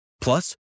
Plus